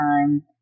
time